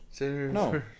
No